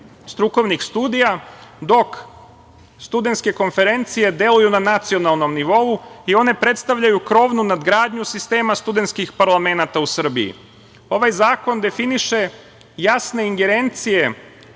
strukovnih studija, dok studentske konferencije deluju na nacionalnom nivou i one predstavljaju krovnu nadgradnju sistema studentskih parlamenata u Srbiji. Ovaj zakon definiše jasne ingerencije